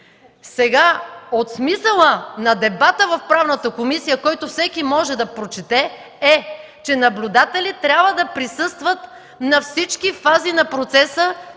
Смисълът на дебата в Правната комисия, който всеки може да прочете, е, че наблюдатели трябва да присъстват на всички фази на процеса